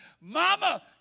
mama